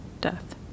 death